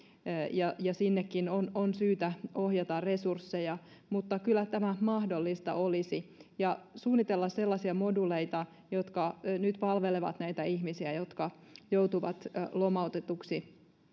ja ja sinnekin on on syytä ohjata resursseja mutta kyllä mahdollista olisi suunnitella sellaisia moduuleita jotka nyt palvelevat näitä ihmisiä jotka joutuvat lomautetuiksi